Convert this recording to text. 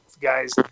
guys